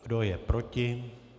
Kdo je proti?